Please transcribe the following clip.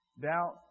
Doubt